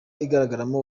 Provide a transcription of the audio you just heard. igaragaramo